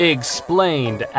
Explained